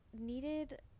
needed